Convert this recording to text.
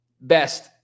best